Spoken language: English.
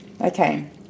Okay